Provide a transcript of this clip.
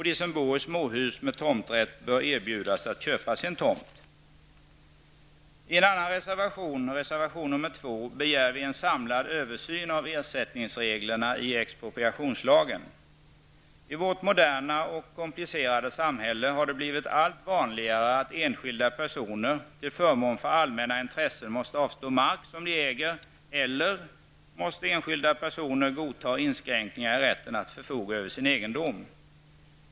De som bor i småhus med tomträtt bör erbjudas att köpa sin tomt. I reservation 2 begär vi en samlad översyn av ersättningsreglerna i expropriationslagen. I vårt moderna och komplicerade samhälle har det blivit allt vanligare att enskilda personer till förmån för allmänna intressen måste avstå mark som de äger eller godta inskränkningar i rätten att förfoga över sin egendom.